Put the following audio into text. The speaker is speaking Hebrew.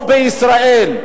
או בישראל,